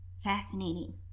fascinating